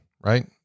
right